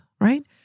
right